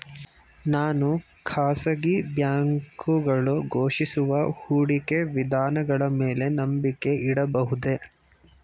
ನಾನು ಖಾಸಗಿ ಬ್ಯಾಂಕುಗಳು ಘೋಷಿಸುವ ಹೂಡಿಕೆ ವಿಧಾನಗಳ ಮೇಲೆ ನಂಬಿಕೆ ಇಡಬಹುದೇ?